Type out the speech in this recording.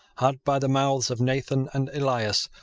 had, by the mouths of nathan and elias,